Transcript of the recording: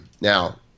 Now